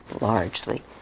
largely